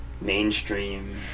Mainstream